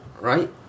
right